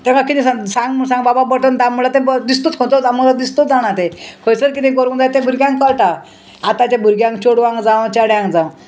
तेका किदें सांग सांग म्हूण सांग बाबा बटन दाम म्हळ्यार ते दिसतूच खंयचो दामू जाय म्हळ्यार दिसत जाणा तें खंयसर कितें करूंक जाय तें भुरग्यांक कळटा आतांच्या भुरग्यांक चोडवांक जावं चेड्यांक जावं